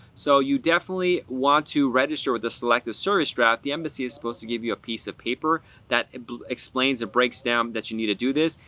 so, you definitely want to register with the selective service draft. the embassy is supposed to give you a piece of paper that explains and breaks down that you need to do this.